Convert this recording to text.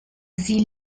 sie